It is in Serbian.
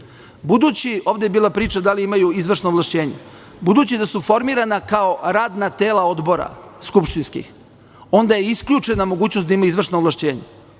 propisa. Budući, ovde je bila priča da li imaju izvršna ovlašćenja, budući da su formirane kao radna tela skupštinskih odbora, onda je isključena mogućnost da imaju izvršna ovlašćenja.